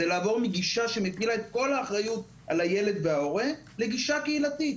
לעבור מגישה שמטילה את כל האחריות על הילד ועל ההורה לגישה קהילתית.